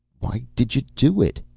why did you do it?